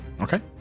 Okay